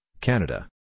Canada